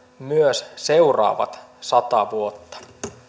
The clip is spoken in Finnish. myös seuraavat sata vuotta